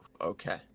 Okay